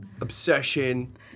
obsession